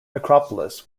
necropolis